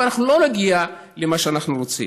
אנחנו לא נגיע למה שאנחנו רוצים.